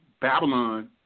Babylon